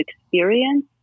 experience